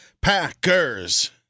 Packers